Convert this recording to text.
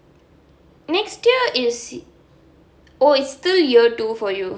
next year is oh it's still year two for you